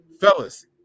fellas